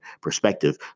perspective